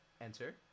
Enter